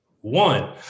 one